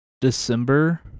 December